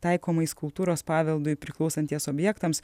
taikomais kultūros paveldui priklausantiems objektams